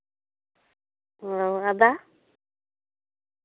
ᱟᱨ ᱟᱫᱟ